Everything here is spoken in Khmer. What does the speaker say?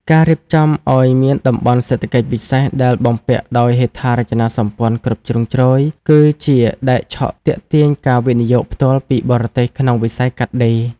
ការរៀបចំឱ្យមានតំបន់សេដ្ឋកិច្ចពិសេសដែលបំពាក់ដោយហេដ្ឋារចនាសម្ព័ន្ធគ្រប់ជ្រុងជ្រោយ គឺជាដែកឆក់ទាក់ទាញការវិនិយោគផ្ទាល់ពីបរទេសក្នុងវិស័យកាត់ដេរ។